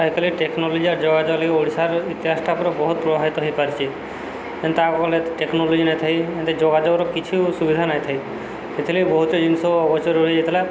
ଆଜିକାଲି ଟେକ୍ନୋଲୋଜି ଆ ଯୋଗାଯୋଗ ଓଡ଼ିଶାର ଇତିହାସଟା ପୁରା ବହୁତ ପ୍ରଭାବିତ ହେଇପାରିଛି ଏନ୍ତା ଆଗ କାଲେ ଟେକ୍ନୋଲୋଜି ନାଇଁ ଥାଏ ଏ ଯୋଗାଯୋଗର କିଛି ସୁବିଧା ନାଇଁଥାଏ ସେଥିଲାଗି ବହୁତ ଜିନିଷ ପଛରେ ରହିଯାଇଥିଲା